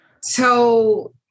So-